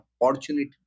opportunity